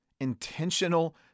intentional